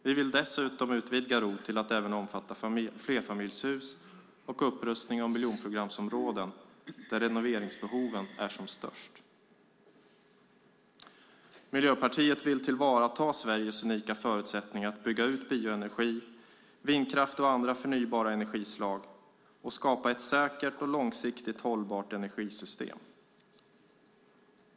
Vi vill dessutom utvidga ROT till att även omfatta flerfamiljshus och upprustning av miljonprogramsområden där renoveringsbehoven är som störst. Miljöpartiet vill tillvarata Sveriges unika förutsättningar att bygga ut bioenergi, vindkraft och andra förnybara energislag och skapa ett säkert och långsiktigt hållbart energisystem.